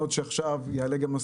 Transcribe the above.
נושא שומרי הדרך.